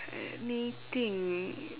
let me think